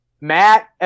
Matt